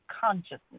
consciousness